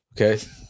Okay